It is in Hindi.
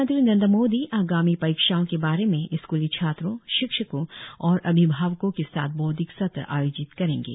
प्रधानमंत्री नरेंद्र मोदी आगामी परीक्षाओं के बारे में स्कूली छात्रों शिक्षकों और अभिभावकों के साथ बौद्धिक सत्र आयोजित करेंगे